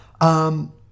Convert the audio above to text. Um